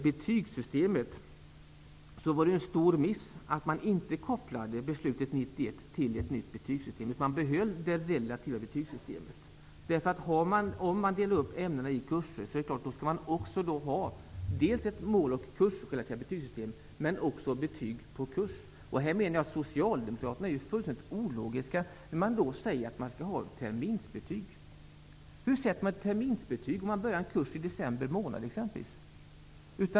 Det var en stor miss att man inte kopplade beslutet 1991 till ett nytt betygssystem. Man behöll det relativa betygssystemet. Om man delar upp ämnena i kurser skall man naturligtvis ha dels ett mål och kursrelaterat system, dels betyg på kursen. Socialdemokraterna är fullständigt ologiska när de säger att man skall ha terminsbetyg. Hur sätter man ett terminsbetyg om en kurs börjar i december månad?